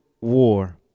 war